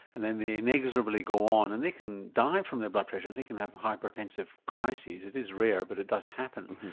and then they inexorably go on and they can die from their blood pressure, they can have hypertensive crises, it is rare, but it does happen.